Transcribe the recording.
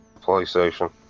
PlayStation